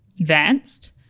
advanced